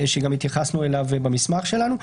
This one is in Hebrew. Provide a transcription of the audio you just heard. שגם התייחסנו אליו במסמך שלנו.